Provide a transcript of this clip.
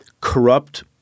corrupt